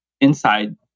inside